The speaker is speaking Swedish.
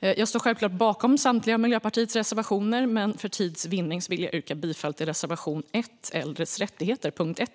Jag står självklart bakom samtliga av Miljöpartiets reservationer, men för tids vinnande vill jag yrka bifall till reservation 1 under punkt 1 om äldres rättigheter.